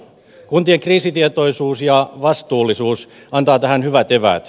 kuntien kriisitietoisuus ja vastuullisuus antavat tähän hyvät eväät